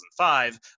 2005